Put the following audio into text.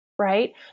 right